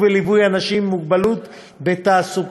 וליווי של אנשים עם מוגבלות בתעסוקה,